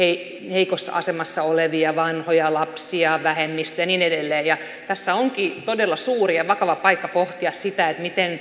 heikossa asemassa olevia vanhoja lapsia vähemmistöjä ja niin edelleen ja tässä onkin todella suuri ja vakava paikka pohtia sitä että